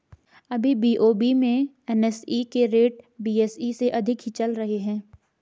अभी बी.ओ.बी में एन.एस.ई के रेट बी.एस.ई से अधिक ही चल रहे हैं